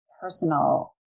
personal